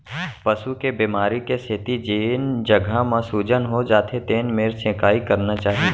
पसू के बेमारी के सेती जेन जघा म सूजन हो जाथे तेन मेर सेंकाई करना चाही